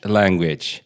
language